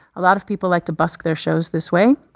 a lot of people like to busk their shows this way.